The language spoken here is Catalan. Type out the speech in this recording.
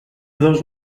dos